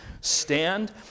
stand